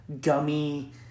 gummy